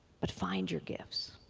but find your gifts.